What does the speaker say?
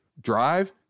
drive